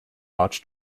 arch